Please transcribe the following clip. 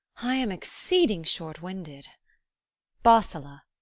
i am exceeding short-winded bosola,